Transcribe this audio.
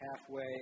halfway